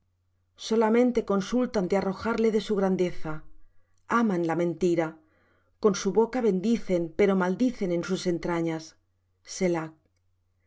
solamente consultan de arrojarle de su grandeza aman la mentira con su boca bendicen pero maldicen en sus entrañas